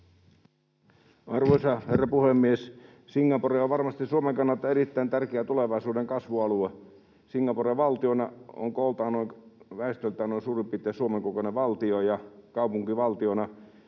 Arvoisa herra puhemies! Singapore on varmasti Suomen kannalta erittäin tärkeä tulevaisuuden kasvualue. Singapore valtiona on kooltaan, väestöltään noin suurin piirtein Suomen kokoinen valtio, ja kaupunkivaltiona